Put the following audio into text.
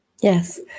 Yes